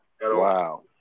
Wow